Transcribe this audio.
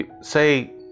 say